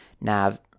nav